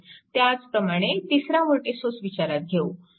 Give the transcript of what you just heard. ह्याचप्रमाणे तिसरा voltage source विचारात घेऊ